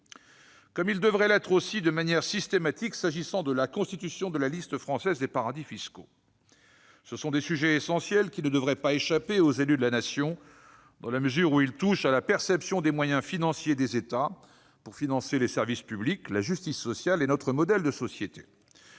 comme il devrait l'être aussi s'agissant de la constitution de la liste française des paradis fiscaux. Ce sont des sujets essentiels qui ne devraient pas échapper à l'examen des élus de la Nation, dans la mesure où ils touchent à la perception des moyens financiers des États pour financer les services publics, la justice sociale et notre modèle de société.